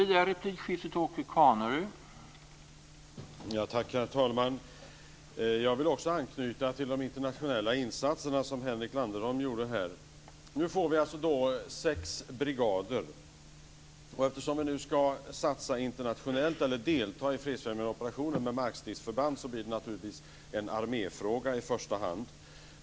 Herr talman! Jag vill också - precis som Henrik Landerholm - anknyta till de internationella insatserna. Vi får sex brigader. Eftersom vi ska delta i fredsfrämjande operationer med markstridsförband blir detta i första hand en arméfråga.